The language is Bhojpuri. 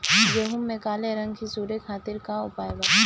गेहूँ में काले रंग की सूड़ी खातिर का उपाय बा?